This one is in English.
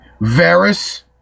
Varys